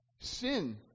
Sin